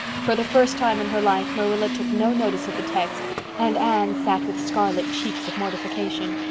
for the first time in her life marilla took no notice of the text and anne sat with scarlet cheeks of mortification.